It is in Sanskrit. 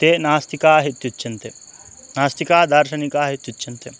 ते नास्तिकाः इत्युच्यन्ते नास्तिका दार्शनिकाः इत्युच्यन्ते